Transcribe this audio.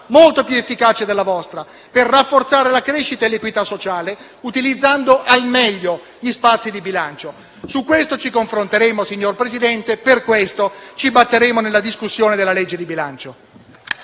molto più efficace della vostra per rafforzare la crescita e l'equità sociale, utilizzando al meglio gli spazi di bilancio. Su questo ci confronteremo, signor Presidente, e per questo ci batteremo nella discussione della legge di bilancio.